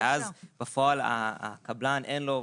ואז בפועל הקבלן אין לו עובדים,